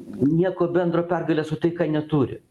nieko bendro pergalės su taika neturi